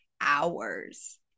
hours